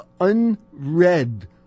unread